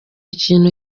ikintu